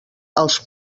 els